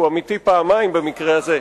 שהוא עמיתי פעמיים במקרה הזה,